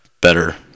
better